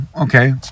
okay